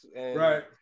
Right